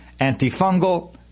antifungal